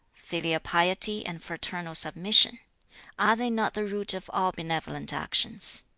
filial piety and fraternal submission are they not the root of all benevolent actions